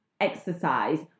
exercise